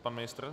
Pan ministr?